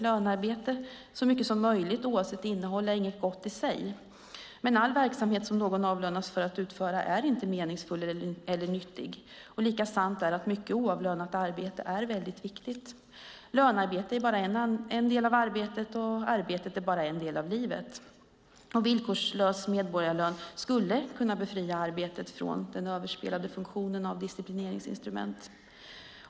Lönearbete så mycket som möjligt oavsett innehåll är inget gott i sig. All verksamhet som någon avlönas för att utföra är inte meningsfull eller nyttig. Lika sant är att mycket oavlönat arbete är mycket viktigt. Lönearbetet är bara en del av arbetet, och arbetet är bara en del av livet. Villkorslös medborgarlön skulle kunna befria arbetet från den överspelade funktionen av disciplineringsinstrument.